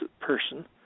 person